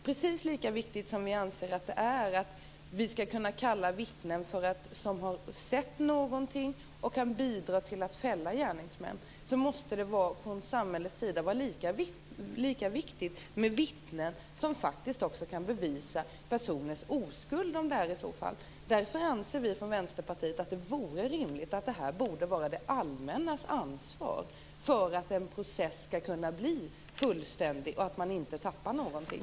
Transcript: Precis lika viktigt som vi anser att det är att vi från samhällets sida skall kunna kalla vittnen som har sett någonting och som kan bidra till att fälla gärningsmän är det med vittnen som faktiskt också kan bevisa personens oskuld. Därför anser vi från Vänsterpartiet att det vore rimligt att detta är det allmännas ansvar, så att processerna kan bli fullständiga och så att man inte tappar någonting.